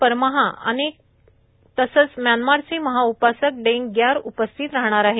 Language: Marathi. परमहा तसंच म्यानमारचे महाउपासक डेंग ग्यार उपस्थित राहणार आहेत